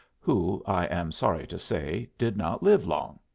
who, i am sorry to say, did not live long.